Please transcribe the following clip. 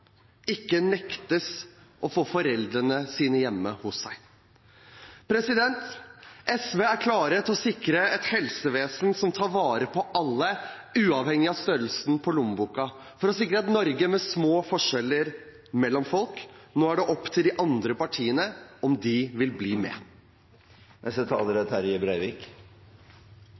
ikke nektes å få ha foreldrene sine hjemme hos seg. SV er klar til å sikre et helsevesen som tar vare på alle, uavhengig av størrelsen på lommeboken, og vil sikre et Norge med små forskjeller mellom folk. Nå er det opp til de andre partiene om de vil bli med.